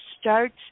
start